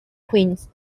queens